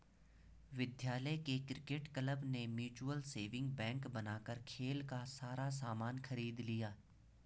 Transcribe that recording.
विद्यालय के cricket club ने म्यूचल सेविंग बैंक बनाकर खेल का सारा सामान खरीद लिया